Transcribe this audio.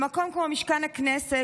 במקום כמו משכן הכנסת,